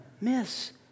miss